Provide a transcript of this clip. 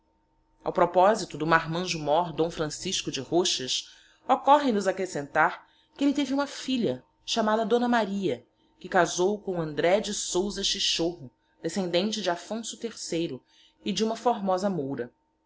ao proposito do marmanjo mór d francisco de roxas occorre nos acrescentar que elle teve uma filha chamada d maria que casou com andré de sousa chichorro descendente de affonso iii e de uma formosa moura